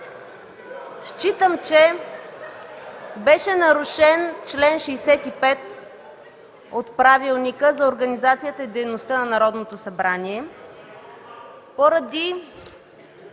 Считам, че беше нарушен чл. 65 от Правилника за организацията и дейността на Народното събрание, поради